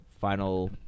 final